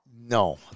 No